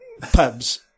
pubs